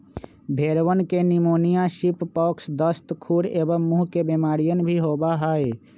भेंड़वन के pneumonia, sheep pox, दस्त, खुर एवं मुँह के बेमारियन भी होबा हई